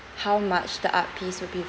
how much the art piece will be